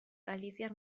galiziar